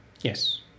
Yes